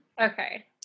okay